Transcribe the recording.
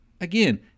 Again